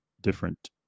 different